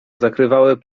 zakrywały